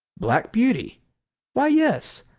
black beauty why, yes,